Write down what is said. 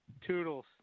Toodles